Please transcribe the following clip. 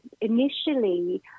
initially